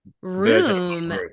room